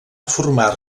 formar